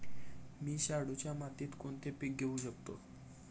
मी शाडूच्या मातीत कोणते पीक घेवू शकतो?